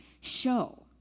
show